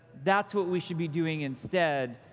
that's what we should be doing instead.